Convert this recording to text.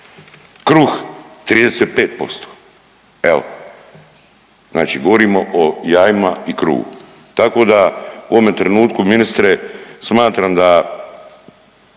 Kruh 35%, evo. Znači govorimo o jajima i kruhu, tako da u ovome trenutku, ministre, smatram da